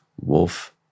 Wolf